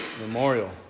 memorial